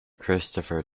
christopher